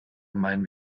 meinen